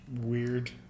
Weird